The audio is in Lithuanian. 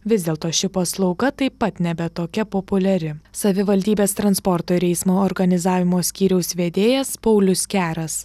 vis dėlto ši paslauga taip pat nebe tokia populiari savivaldybės transporto ir eismo organizavimo skyriaus vedėjas paulius keras